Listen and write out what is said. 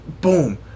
boom